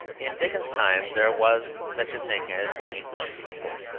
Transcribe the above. in dickens's time there was such a thing as the english people,